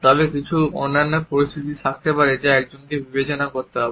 তবে কিছু অন্যান্য পরিস্থিতিও থাকতে পারে যা একজনকে বিবেচনা করতে হবে